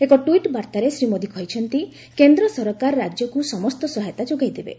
ଏକ ଟ୍ୱିଟ୍ ବାର୍ତ୍ତାରେ ଶ୍ରୀ ମୋଦି କହିଛନ୍ତି କେନ୍ଦ୍ର ସରକାର ରାଜ୍ୟକୁ ସମସ୍ତ ସହାୟତା ଯୋଗାଇ ଦେବେ